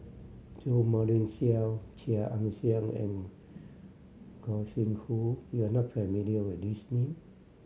Jo Marion Seow Chia Ann Siang and Gog Sing Hooi you are not familiar with these name